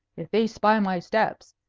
if they spy my steps,